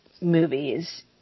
movies